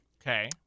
okay